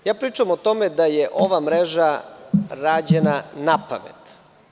Pričam o tome da je ova mreža rađena napamet.